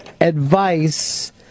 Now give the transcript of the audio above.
advice